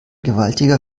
gewaltiger